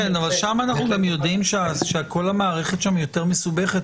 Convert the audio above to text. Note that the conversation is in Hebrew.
אבל אנחנו יודעים שכל המערכת שם יותר מסובכת.